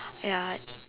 ya